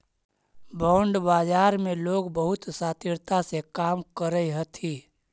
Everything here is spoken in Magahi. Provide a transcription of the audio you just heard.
बॉन्ड बाजार में लोग बहुत शातिरता से काम करऽ हथी